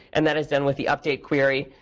and that is done with the update query,